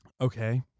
Okay